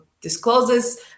discloses